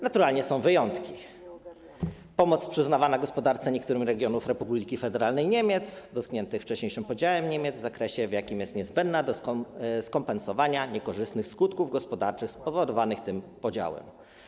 Naturalnie są wyjątki: pomoc przyznawana gospodarce niektórych regionów Republiki Federalnej Niemiec dotkniętych wcześniejszym podziałem Niemiec, w zakresie, w jakim jest niezbędna do skompensowania niekorzystnych skutków gospodarczych spowodowanych tym podziałem.